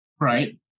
Right